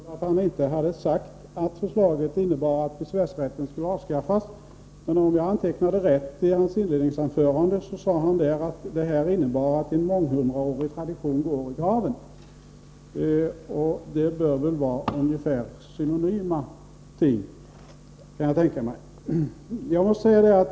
Herr talman! Anders Björck påstod att han inte hade sagt att förslaget innebar att besvärsrätten skulle avskaffas. Men om jag antecknade rätt, sade han i sitt inledningsanförande att det innebar att en månghundraårig tradition går i graven. Det bör väl vara ungefär synonyma ting, kan jag tänka mig.